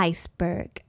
Iceberg